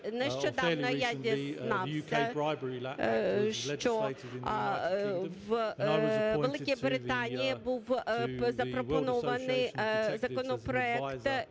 нещодавно я дізнався, що в Великій Британії був запропонований законопроект